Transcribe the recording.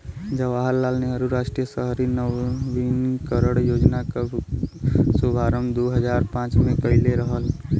जवाहर लाल नेहरू राष्ट्रीय शहरी नवीनीकरण योजना क शुभारंभ दू हजार पांच में कइले रहलन